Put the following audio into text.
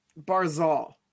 Barzal